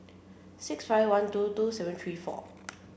six five one two two seven three four